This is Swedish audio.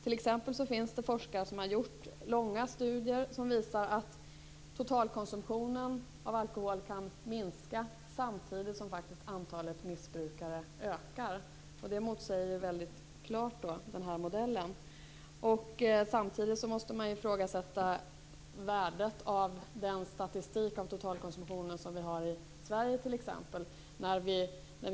Det finns t.ex. forskare som har gjort långa studier som visar att totalkonsumtionen av alkohol kan minska samtidigt som antalet missbrukare faktiskt ökar. Det motsäger ju väldigt klart den här modellen. Samtidigt måste man ifrågasätta värdet av den statistik på totalkonsumtionen som vi har i t.ex. Sverige.